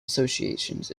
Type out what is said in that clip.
associations